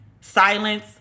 silence